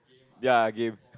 ya game